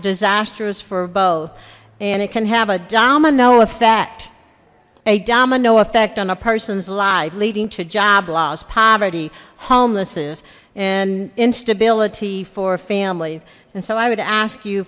disasters for both and it can have a domino effect a domino effect on a person's life leading to job loss poverty homelessness and instability for families and so i would ask you